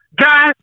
Guys